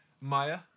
Maya